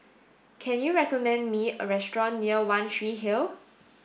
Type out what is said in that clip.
can you recommend me a restaurant near One Tree Hill